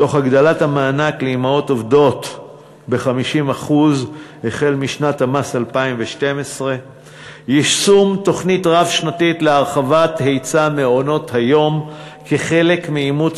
תוך הגדלת המענק לאימהות עובדות ב-50% החל משנת המס 2012. יישום תוכנית רב-שנתית להרחבת היצע מעונות-היום כחלק מאימוץ